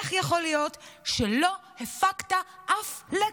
איך יכול להיות שלא הפקת אף לקח?